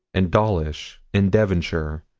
and dawlish, in devonshire,